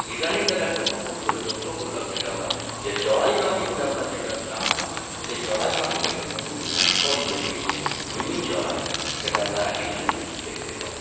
ইদানিং কালে একটা নতুন করে লক্ষ্য করলাম যেটা আমরা যে চড়াই পাখি বলে আমরা যেটা জানতাম সেই চড়াই পাখির একটি নতুন সংস্করণ বেরিয়েছে মিনি চড়াই সেটা আমরা এখানে দেখতে পাই